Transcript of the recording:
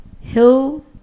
Hill